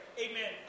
amen